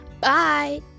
bye